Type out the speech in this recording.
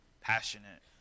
passionate